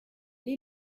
est